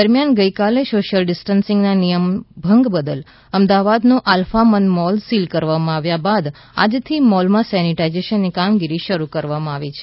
દરમિયાન ગઇકાલે social ડિસ્ટનસિંગના નિયમન ભંગ બદલ અમદાવાદનો આલ્ફા વન મોલ સીલ કરવામાં આવ્યા બાદ આજથી મોલમાં સેનીટાઈજેશનની કામગીરી શરૂ કરવામાં આવી છે